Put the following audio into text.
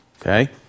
okay